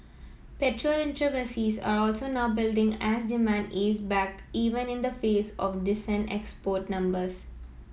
petrol inventories are also now building as demand ease back even in the face of decent export numbers